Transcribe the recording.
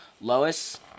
Lois